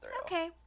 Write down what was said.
Okay